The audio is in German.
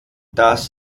das